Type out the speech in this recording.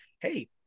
hey